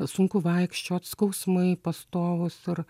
sunku vaikščiot skausmai pastovūs ir